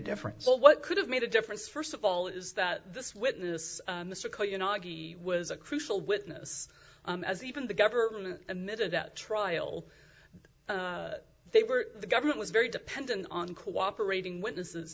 different so what could have made a difference first of all is that this witness was a crucial witness as even the government admitted at trial they were the government was very dependent on cooperating witnesses